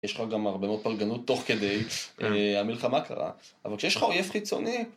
יש לך גם הרבה מאוד פרגנות תוך כדי המלחמה קרה, אבל כשיש לך אוייב חיצוני...